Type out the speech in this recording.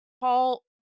Paul